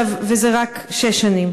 וזה רק שש שנים.